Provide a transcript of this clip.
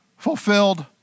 Fulfilled